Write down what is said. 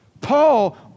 Paul